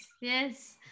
yes